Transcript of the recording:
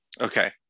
okay